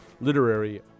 literary